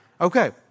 Okay